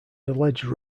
alleged